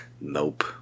Nope